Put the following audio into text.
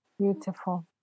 Beautiful